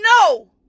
no